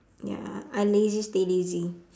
ya I lazy stay lazy